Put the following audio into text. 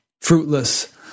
fruitless